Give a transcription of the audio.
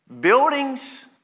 buildings